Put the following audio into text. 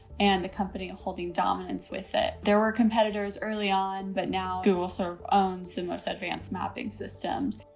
and the company ah holding dominance with it. there were competitors early on, but now google so owns the most advanced mapping systems.